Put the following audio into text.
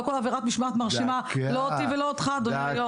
לא כל עבירת משמעת מרשימה לא אותי ולא אותך אדוני היו"ר.